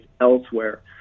elsewhere